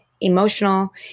emotional